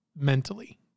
mentally